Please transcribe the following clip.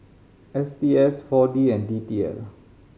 S T S Four D and D T L